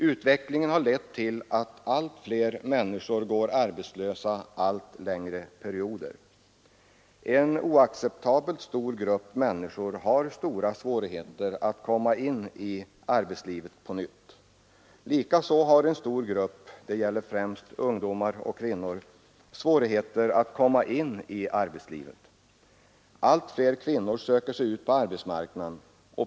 Utvecklingen har lett till att allt fler människor går arbetslösa allt längre perioder. En oacceptabelt stor grupp människor har stora svårigheter att åter komma in i arbetslivet. Likaså har en stor grupp — det gäller främst ungdomar och kvinnor — svårigheter att över huvud taget komma in i arbetslivet. Allt fler kvinnor söker sig ut på arbetsmarknaden.